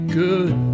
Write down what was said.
good